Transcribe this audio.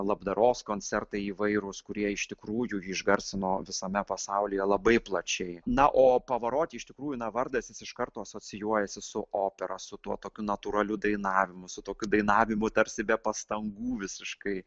labdaros koncertai įvairūs kurie iš tikrųjų jį išgarsino visame pasaulyje labai plačiai na o pavaroti iš tikrųjų na vardas jis iš karto asocijuojasi su opera su tuo tokiu natūraliu dainavimu su tokiu dainavimu tarsi be pastangų visiškai